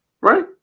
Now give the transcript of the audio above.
Right